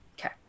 Okay